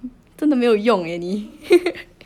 真的没有用 eh 你